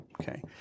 Okay